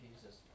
Jesus